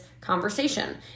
conversation